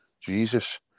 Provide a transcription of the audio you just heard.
Jesus